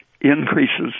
increases